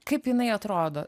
kaip jinai atrodo